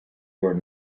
were